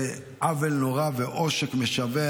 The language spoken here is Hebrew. זה עוול נורא ועושק משווע.